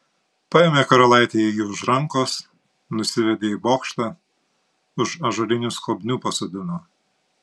paėmė karalaitė jį už rankos nusivedė į bokštą už ąžuolinių skobnių pasodino